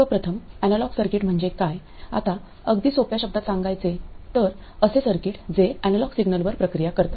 सर्व प्रथम analogue circuit म्हणजे काय आता अगदी सोप्या शब्दात सांगायचे तर असे सर्किट जे एनालॉग सिग्नलवर प्रक्रिया करतात